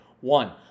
One